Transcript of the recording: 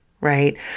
right